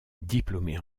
diplômé